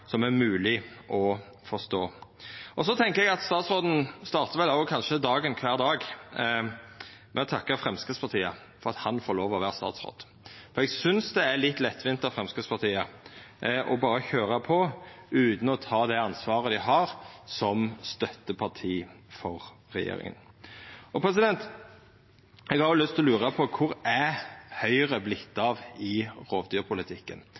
som er mogleg å forstå. Eg tenkjer at statsråden startar vel dagen kvar dag med å takka Framstegspartiet for at han får lov til å vera statsråd. Eg synest det er litt lettvint av Framstegspartiet berre å køyra på utan å ta det ansvaret dei har som støtteparti for regjeringa. Eg lurar på kvar Høgre er vorte av i rovdyrpolitikken. Rovdyrpolitikken handlar om at me har